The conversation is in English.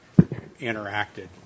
interacted